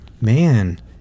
Man